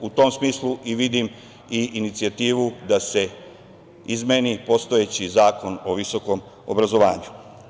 U tom smislu i vidim inicijativu da se izmeni postojeći Zakon o visokom obrazovanju.